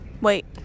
wait